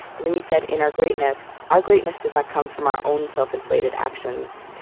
and then you said, in our greatness our greatness does not come from our own self-inflated actions,